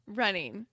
running